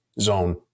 zone